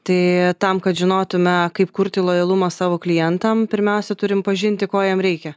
tai tam kad žinotume kaip kurti lojalumą savo klientam pirmiausia turim pažinti ko jam reikia